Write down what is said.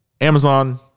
amazon